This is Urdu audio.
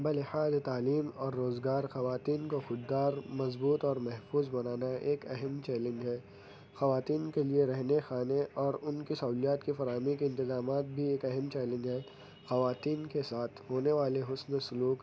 بلحاظ تعلیم اور روزگار خواتین کو خوددار مضبوط اور محفوظ بنانا ایک اہم چیلنج ہے خواتین کے لیے رہنے کھانے اور ان کی سہولیات کے فراہمی کے انتظامات بھی ایک اہم چیلنج ہے خواتین کے ساتھ ہونے والے حسن سلوک